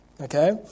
Okay